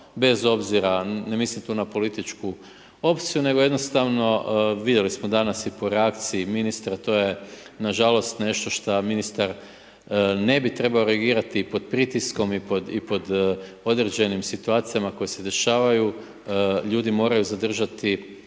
bez obzira, ne mislim tu na političku opciju, nego jednostavno vidjeli smo danas i po reakciji ministra to je nažalost nešto što ministar ne bi trebao reagirati i pod pritiskom i pod određenim situacijama koje se dešavaju ljudi moraju zadržati